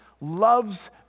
loves